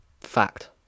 Fact